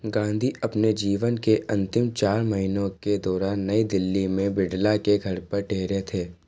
गांधी अपने जीवन के अंतिम चार महीनों के दौरान नई दिल्ली में बिड़ला के घर पर ठहरे थे